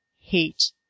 hate